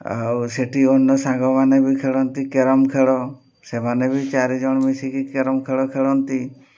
ଆଉ ସେଠି ଅନ୍ୟ ସାଙ୍ଗମାନେ ବି ଖେଳନ୍ତି କ୍ୟାରମ୍ ଖେଳ ସେମାନେ ବି ଚାରିଜଣ ମିଶିକି କ୍ୟାରମ୍ ଖେଳ ଖେଳନ୍ତି